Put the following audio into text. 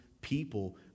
people